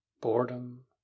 boredom